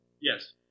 Yes